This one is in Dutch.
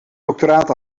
doctoraat